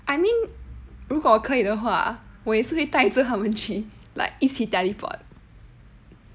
I mean 如果可以的话我也是会带他们去 like 一起 teleport